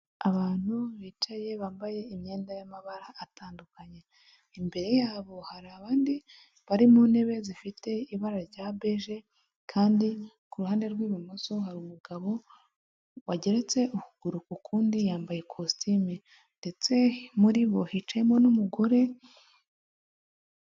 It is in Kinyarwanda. Abantu bicaye bambaye imyenda y'amabara atandukanye, imbere yabo hari abandi bari mu ntebe zifite ibara rya beje, kandi ku ruhande rw'ibumoso hari umugabo wageretse ukuguru ku kundi yambaye ikositimu ndetse muri bo hicayemo n'umugore.